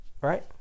Right